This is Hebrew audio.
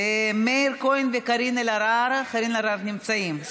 מאיר כהן וקארין אלהרר נמצאים.